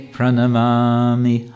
Pranamami